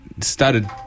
started